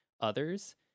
others